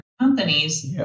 companies